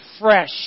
fresh